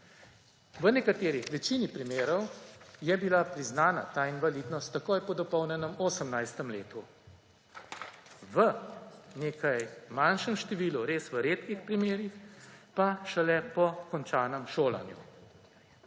V večini primerov je bila priznana ta invalidnost takoj po dopolnjenem 18. letu, v nekaj manjšem številu, v res redkih primerih pa šele po končanem šolanju.